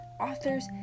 authors